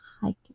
hiking